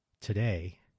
Today